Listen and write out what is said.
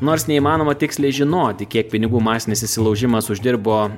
nors neįmanoma tiksliai žinoti kiek pinigų masinis įsilaužimas uždirbo